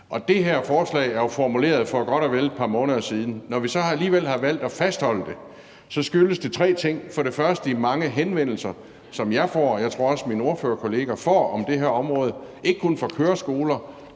Det her forslag er jo formuleret for godt og vel et par måneder siden. Når vi så alligevel har valgt at fastholde det, skyldes det tre ting. For det første skyldes det de mange henvendelser, som jeg får, og som jeg også tror mine ordførerkollegaer får, om det her område, ikke kun fra køreskoler,